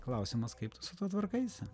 klausiamas kaip tu su tuo tvarkaisi